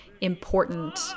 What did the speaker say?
important